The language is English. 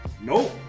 Nope